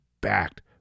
backed